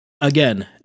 Again